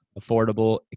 affordable